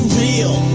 real